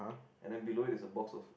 and then below is the box of